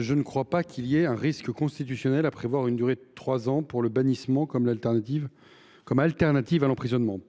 Je ne crois pas qu’il y ait un risque constitutionnel à prévoir une durée de trois ans pour le bannissement comme alternative à l’emprisonnement.